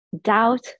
doubt